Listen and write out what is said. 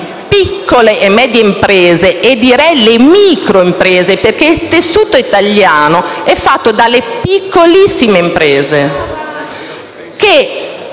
piccole e medie imprese, e direi le microimprese, perché il tessuto italiano è fatto di piccolissime imprese, che